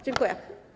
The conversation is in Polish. Dziękuję.